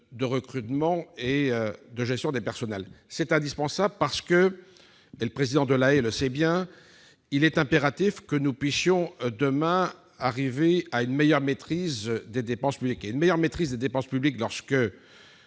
de recrutement et de gestion des personnels. C'est indispensable, parce que- le président Delahaye le sait bien -il est impératif que nous puissions, demain, arriver à une meilleure maîtrise des dépenses publiques. Or une meilleure maîtrise des dépenses publiques, lorsque